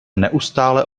neustále